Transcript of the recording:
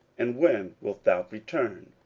and when wilt thou return?